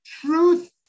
truth